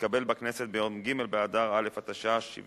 התקבל בכנסת ביום ג' באדר א' התשע"א,